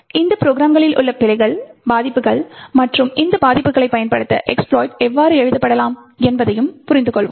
இந்த ப்ரோக்ராம்களில் உள்ள பிழைகள் பாதிப்புகள் மற்றும் இந்த பாதிப்புகளைப் பயன்படுத்த எஸ்ப்லாய்ட் எவ்வாறு எழுதப்படலாம் என்பதையும் புரிந்துகொள்கிறோம்